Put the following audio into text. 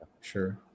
Sure